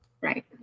Right